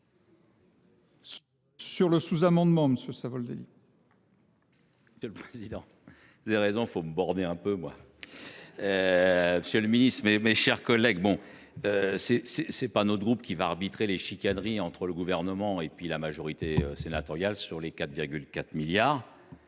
Sur le sous-amendement, monsieur Savoldelli. Monsieur le Président, vous avez raison, faut me borner un peu, moi. Monsieur le Ministre, mes chers collègues, bon, c'est pas notre groupe qui va arbitrer les chicaneries entre le gouvernement et puis la majorité sénatoriale sur les 4,4 milliards.